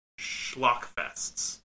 schlockfests